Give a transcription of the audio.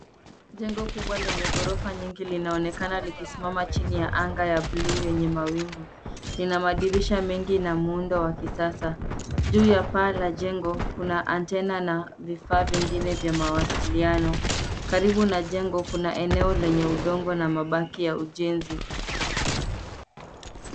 Jengo kubwa lenye ghorofa nyingi linaonekana likisimama chini ya anga ya buluu yenye mawingu. Lina madirisha mengi na muundo wa kisasa. Juu ya paa la jengo, kuna antena na vifaa vingine vya mawasiliano. Karibu na jengo, kuna eneo lenye udongo na mabaki ya ujenzi.